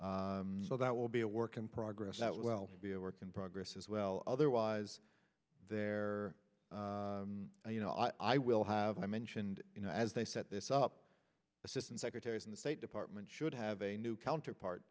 that so that will be a work in progress that well be a work in progress as well otherwise there you know i will have i mentioned you know as they set this up assistant secretaries in the state department should have a new counterpart